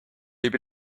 võib